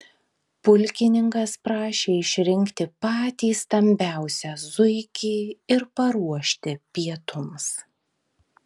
pulkininkas prašė išrinkti patį stambiausią zuikį ir paruošti pietums